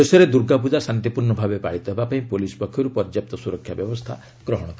ଦେଶରେ ଦୁର୍ଗାପୂଜା ଶାନ୍ତିପୂର୍ଣ୍ଣ ଭାବେ ପାଳିତ ହେବା ପାଇଁ ପୁଲିସ୍ ପକ୍ଷରୁ ପର୍ଯ୍ୟାପ୍ତ ସୁରକ୍ଷା ବ୍ୟବସ୍ଥା ଗ୍ରହଣ କରାଯାଇଛି